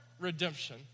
redemption